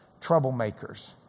Troublemakers